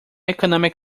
economic